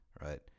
right